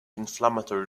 inflammatory